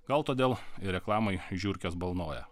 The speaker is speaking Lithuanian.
gal todėl ir reklamai žiurkes balnoja